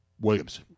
Williams